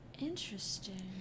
Interesting